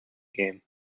game